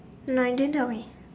no you didn't tell me